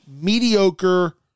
mediocre